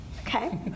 okay